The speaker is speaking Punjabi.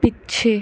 ਪਿੱਛੇ